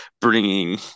bringing